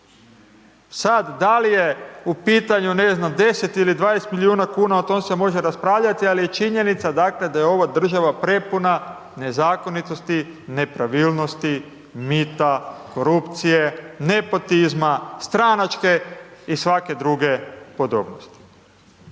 Sad, da li je u pitanju 10 ili 20 milijuna kuna, o tome se može raspravljati, ali je činjenica, dakle, da je ovo država prepuna nezakonitosti, nepravilnosti, mita, korupcije, nepotizma, stranačke i svake druge podobnosti.